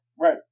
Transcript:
Right